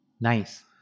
Nice